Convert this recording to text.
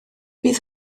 bydd